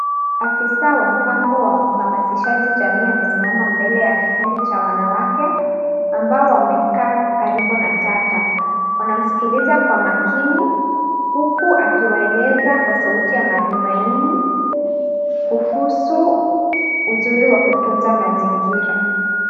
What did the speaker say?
Afisa wa mpango wa uhamasishaji jamii amesimama mbele ya kikundi cha wanawake ambao wamekaa karibu na taka. Wanamsikiliza kwa makini huku akiwaeleza kwa sauti ya matumaini kuhusu uzuri wa kutunza mazingira.